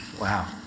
Wow